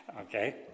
Okay